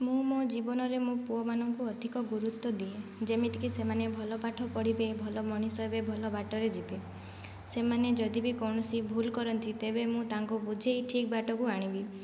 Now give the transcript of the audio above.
ମୁଁ ମୋ ଜୀବନରେ ମୋ ପୁଅମାନଙ୍କୁ ଅଧିକ ଗୁରୁତ୍ଵ ଦିଏ ଯେମିତିକି ସେମାନେ ଭଲ ପାଠ ପଢ଼ିବେ ଭଲ ମଣିଷ ହେବେ ଭଲ ବାଟରେ ଯିବେ ସେମାନେ ଯଦିବି କୌଣସି ଭୁଲ କରନ୍ତି ତେବେ ମୁଁ ତାଙ୍କୁ ବୁଝାଇ ଠିକ ବାଟକୁ ଆଣିବି